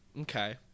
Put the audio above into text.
Okay